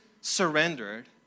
surrendered